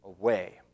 away